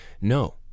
no